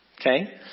Okay